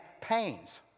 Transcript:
pains